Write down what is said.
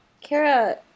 Kara